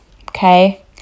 okay